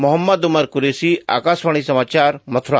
मोहम्मद उमर करैशी आकाशवाणी समाचार मथुरा